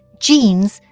jeans,